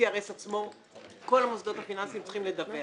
ה-CRS עצמו, כל המוסדות הפיננסיים צריכים לדווח